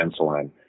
insulin